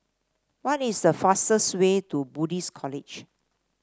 what is the fastest way to Buddhist College